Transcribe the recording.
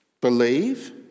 Believe